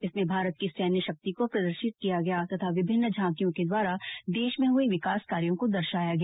इसमें भारत की सैन्य शक्ति को प्रदर्शित किया गया तथा विभिन्न झांकियों के द्वारा देश में हुए विकास कार्यो को दर्शाया गया